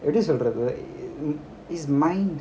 எப்படிசொல்லறது:eppadi sollaradhu his mind